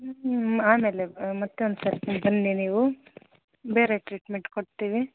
ಹ್ಞೂ ಆಮೇಲೆ ಮತ್ತೊಂದು ಸರ್ತಿ ಬನ್ನಿ ನೀವು ಬೇರೆ ಟ್ರೀಟ್ಮೆಂಟ್ ಕೊಡ್ತೀವಿ